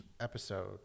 episode